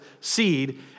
seed